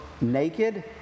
naked